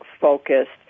focused